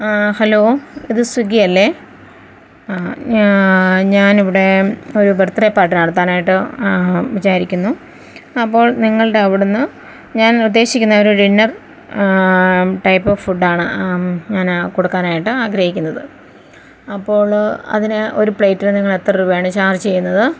hello ഇത് സ്വിഗ്ഗി അല്ലെ ഞാ ൻ ഇവിടെ ഒരു ബർത്ത്ഡേ പാർട്ടി നടത്താനായിട്ട് വിചാരിക്കുന്നു അപ്പോൾ നിങ്ങളുടെ അവിടെ നിന്ന് ഞാൻ ഉദ്ദേശിക്കുന്ന ഒരു ഡിന്നർ ടൈപ്പ് ഓഫ് ഫുഡ് ആണ് ഞാൻ കൊടുക്കാനായിട്ട് ആഗ്രഹിക്കുന്നത് അപ്പോൾ അതിന് ഒരു പ്ലേറ്റിന് നിങ്ങൾ എത്ര രൂപയാണ് ചാർജ് ചെയ്യുന്നത്